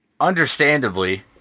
understandably